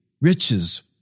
riches